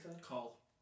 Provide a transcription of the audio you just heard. Call